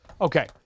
Okay